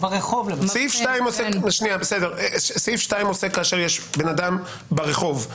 סעיף 2 עוסק כשאדם ברחוב,